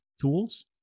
tools